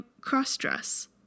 cross-dress